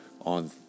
on